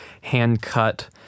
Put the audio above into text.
hand-cut